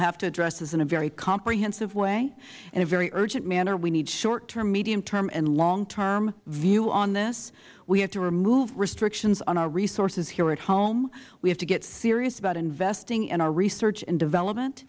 have to address this in a very comprehensive way and a very urgent manner we need a short term medium term and long term view on this we have to remove restrictions on our resources here at home we have to get serious about investing in our research and development